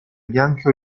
bianche